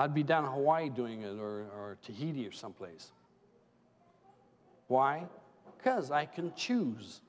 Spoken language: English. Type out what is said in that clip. i'd be down to hawaii doing it or to you someplace why because i can choose